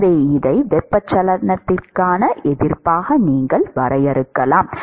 எனவே இதை வெப்பச்சலனத்திற்கான எதிர்ப்பாக நீங்கள் வரையறுக்கலாம்